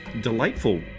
delightful